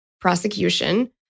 prosecution